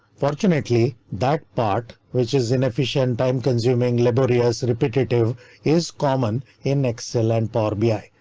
fortunately, that part, which is inefficient, time consuming, laborious repetitive is common in excel and power bi,